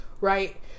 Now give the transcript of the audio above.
right